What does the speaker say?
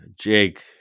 Jake